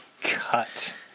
cut